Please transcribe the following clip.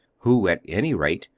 who, at any rate,